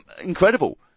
incredible